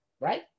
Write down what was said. Right